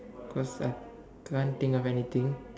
cause I can't think of anything